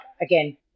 again